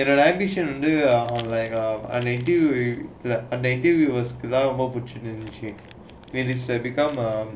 என்னோட:ennoda ambition it's like become uh